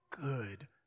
good